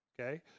okay